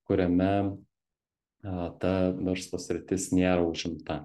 kuriame a ta verslo sritis nėra užimta